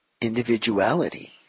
individuality